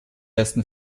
ersten